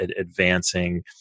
advancing